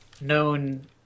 known